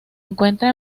encuentra